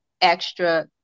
extra